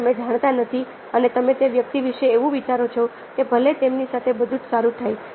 જેને તમે જાણતા નથી અને તમે તે વ્યક્તિ વિશે એવું વિચારો છો કે ભલે તેમની સાથે બધું જ સારું થાય